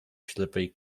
ślepej